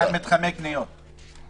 מה עם מתחמי קניות?